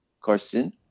Carson